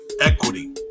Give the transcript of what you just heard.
equity